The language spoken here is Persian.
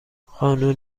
قانون